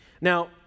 Now